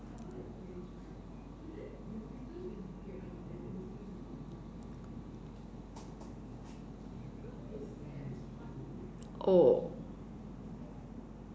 oh